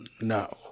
no